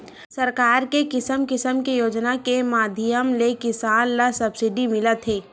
सरकार के किसम किसम के योजना के माधियम ले किसान ल सब्सिडी मिलत हे